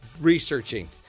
researching